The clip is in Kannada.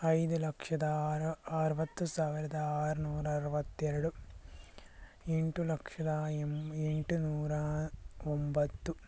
ಐದು ಲಕ್ಷದ ಅರ್ ಅರವತ್ತು ಸಾವಿರದ ಆರ್ನೂರ ಅರವತ್ತೆರಡು ಎಂಟು ಲಕ್ಷದ ಎಂಟು ನೂರ ಒಂಬತ್ತು